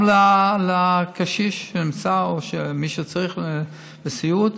גם לקשיש שנמצא או מי שצריך סיעוד